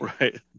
Right